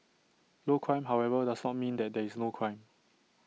low crime however does not mean that there is no crime